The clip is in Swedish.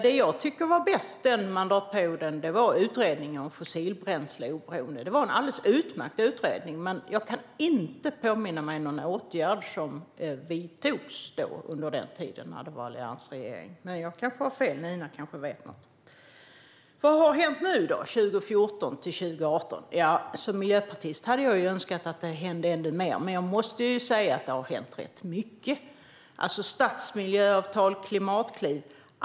Det jag tyckte var bäst under de mandatperioderna var utredningen om fossilbränsleoberoende. Det var en alldeles utmärkt utredning, men jag kan inte påminna mig någon åtgärd som vidtogs under den tid då det var en alliansregering. Men jag kan ha fel - Nina kanske vet något. Vad har hänt 2014-2018? Som miljöpartist hade jag önskat att det hade hänt ännu mer. Men jag måste säga att det har hänt rätt mycket - stadsmiljöavtal och klimatkliv.